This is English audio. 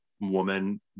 woman